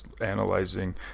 analyzing